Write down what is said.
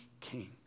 king